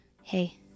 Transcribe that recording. Hey